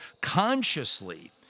consciously